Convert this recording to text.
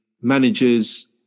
managers